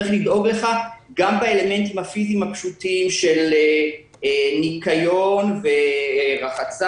צריך לדאוג לך גם באלמנטים הפיזיים הפשוטים של ניקיון ורחצה,